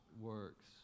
works